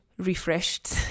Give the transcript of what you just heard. refreshed